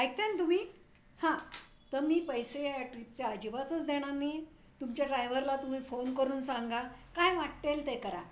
ऐकताय ना तुम्ही हां तर मी पैसे या ट्रिपचे अजिबातच देणार नाही तुमच्या ड्रायव्हरला तुम्ही फोन करून सांगा काय वाटेल ते करा